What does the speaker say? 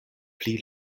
pli